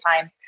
time